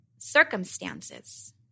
circumstances